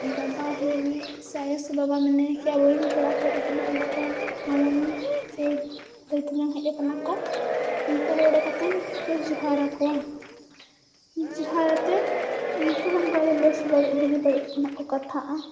ᱫᱟᱫᱟᱼᱦᱤᱞᱤ ᱥᱮ ᱟᱭᱳ ᱥᱮ ᱵᱟᱵᱟ ᱢᱮᱱ ᱠᱮᱭᱟ ᱟᱵᱚᱨᱮᱱ ᱯᱮᱲᱟᱠᱚ ᱦᱮᱡ ᱟᱠᱟᱱᱟ ᱩᱱᱠᱩ ᱥᱮ ᱫᱟᱹᱭᱼᱛᱮᱧᱟᱝ ᱦᱮᱡ ᱟᱠᱟᱱᱟ ᱠᱚ ᱩᱱᱠᱩᱦᱚᱸ ᱚᱰᱳᱠ ᱠᱟᱛᱮᱱ ᱠᱚ ᱡᱚᱦᱟᱨᱟᱠᱚᱣᱟ ᱡᱚᱦᱟᱨᱟᱛᱮᱱ ᱩᱱᱠᱩᱦᱚᱸ ᱚᱱᱠᱟᱜᱮ ᱵᱮᱥᱼᱵᱟᱹᱲᱤᱡ ᱵᱩᱜᱤᱼᱵᱟᱹᱲᱤᱡ ᱨᱮᱱᱟᱜᱠᱚ ᱠᱟᱛᱷᱟᱼᱟ